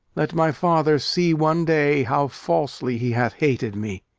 let my father see one day, how falsely he hath hated me!